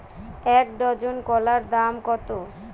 এক ডজন কলার দাম কত?